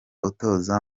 utoza